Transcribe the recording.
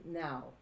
now